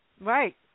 Right